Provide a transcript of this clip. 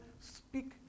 speak